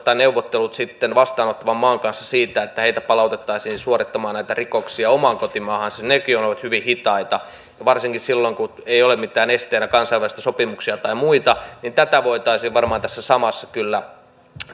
tai neuvottelut vastaanottavan maan kanssa siitä että heitä palautettaisiin suorittamaan näitä rikoksia omaan kotimaahansa ovat hyvin hitaita varsinkin silloin kun ei ole mitään esteenä kansainvälisiä sopimuksia tai muita tätä voitaisiin varmaan tässä samassa kyllä